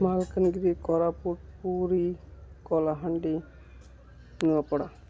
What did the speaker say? Malkangiri Koraput Puri Kalahandi Nuapada